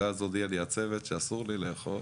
ואז הודיע לי הצוות שאסור לי לאכול,